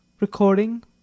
Recording